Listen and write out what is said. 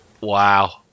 wow